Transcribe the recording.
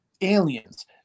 aliens